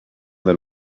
than